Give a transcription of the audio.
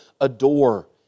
adore